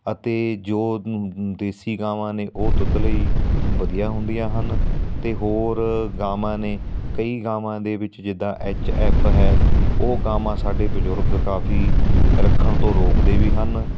ਅਤੇ ਜੋ ਦੇਸੀ ਗਾਵਾਂ ਨੇ ਉਹ ਦੁੱਧ ਲਈ ਵਧੀਆ ਹੁੰਦੀਆਂ ਹਨ ਅਤੇ ਹੋਰ ਗਾਵਾਂ ਨੇ ਕਈ ਗਾਵਾਂ ਦੇ ਵਿੱਚ ਜਿੱਦਾਂ ਐੱਚ ਐੱਫ ਹੈ ਉਹ ਗਾਵਾਂ ਸਾਡੇ ਬਜ਼ੁਰਗ ਕਾਫੀ ਰੱਖਣ ਤੋਂ ਰੋਕਦੇ ਵੀ ਹਨ